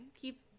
Keep